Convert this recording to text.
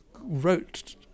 wrote